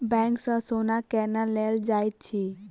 bank सँ सोना केना लेल जाइत अछि